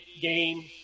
game